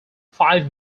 five